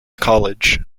college